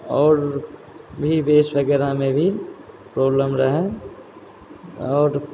आओर भी बेस वगैरहमे भी प्रॉब्लम रहै आओर